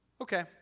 okay